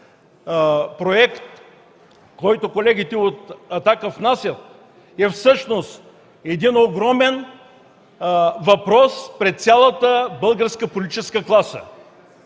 проектът, който внасят колегите от „Атака”, е всъщност един огромен въпрос пред цялата българска политическа класа.